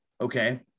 Okay